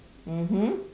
mmhmm